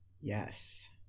Yes